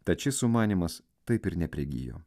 tad šis sumanymas taip ir neprigijo